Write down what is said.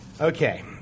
Okay